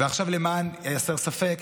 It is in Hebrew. ועכשיו למען הסר ספק,